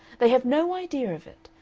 they have no idea of it.